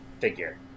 figure